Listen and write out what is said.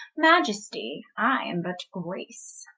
maiesty i am but grace